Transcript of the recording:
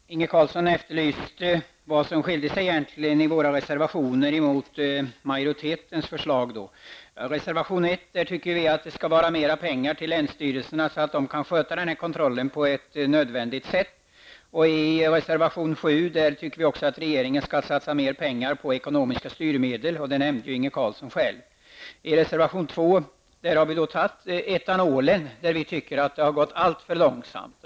Herr talman! Inge Carlsson efterlyste vad som skiljer våra reservationer från majoritetens förslag. I reservation 1 tycker vi att länsstyrelserna skall ha mer pengar, så att de kan sköta kontrollen på ett nödvändigt sätt. I reservation 7 tycker vi att regeringen skall satsa mer pengar på ekonomiska styrmedel. Det nämnde I reservation 2 har vi nämnt etanol. Vi tycker att utvecklingen har gått alltför långsamt.